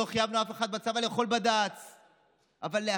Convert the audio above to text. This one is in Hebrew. לא חייבנו אף אחד בצבא לאכול בד"ץ,